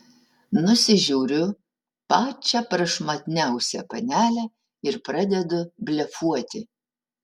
nusižiūriu pačią prašmatniausią panelę ir pradedu blefuoti